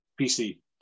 PC